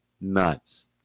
nuts